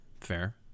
Fair